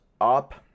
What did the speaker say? up